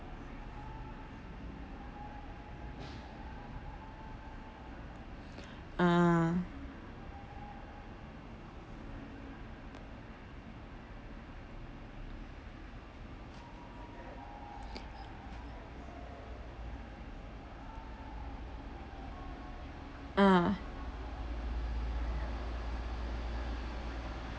ah ah